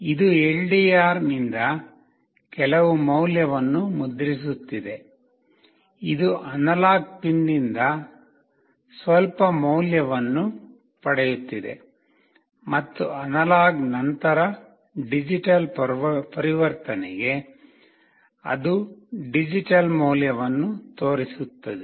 ಇದು LDR ನಿಂದ ಕೆಲವು ಮೌಲ್ಯವನ್ನು ಮುದ್ರಿಸುತ್ತಿದೆ ಇದು ಅನಲಾಗ್ ಪಿನ್ನಿಂದ ಸ್ವಲ್ಪ ಮೌಲ್ಯವನ್ನು ಪಡೆಯುತ್ತಿದೆ ಮತ್ತು ಅನಲಾಗ್ ನಂತರ ಡಿಜಿಟಲ್ ಪರಿವರ್ತನೆಗೆ ಅದು ಡಿಜಿಟಲ್ ಮೌಲ್ಯವನ್ನು ತೋರಿಸುತ್ತಿದೆ